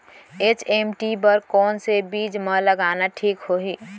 HMT बर कौन से बीज मा लगाना ठीक होही?